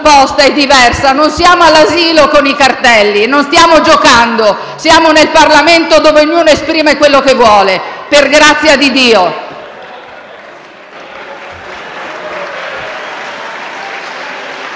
e diversa. Non siamo all'asilo con i cartelli. Non stiamo giocando. Siamo nel Parlamento dove ognuno esprime ciò che vuole, per grazia di Dio.